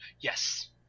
Yes